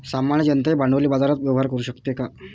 सामान्य जनताही भांडवली बाजारात व्यवहार करू शकते का?